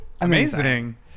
Amazing